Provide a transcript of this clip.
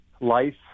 life